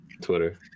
Twitter